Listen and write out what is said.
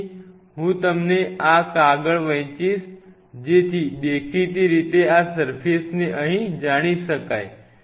તેથી હું તમને આ કાગળ વહેંચીશ જેથી દેખીતી રીતે આ સર્ફેસને અહીં જાણી શકાય